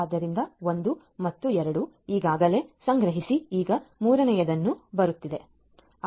ಆದ್ದರಿಂದ ಒಂದು ಮತ್ತು 2 ಈಗಾಗಲೇ ಸಂಗ್ರಹಿಸಿ ಈಗ ಮೂರನೆಯದು ಬರುತ್ತದೆ